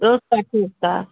rose water இருக்கா